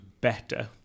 better